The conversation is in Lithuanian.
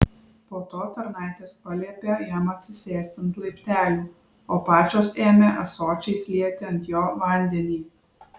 po to tarnaitės paliepė jam atsisėsti ant laiptelių o pačios ėmė ąsočiais lieti ant jo vandeni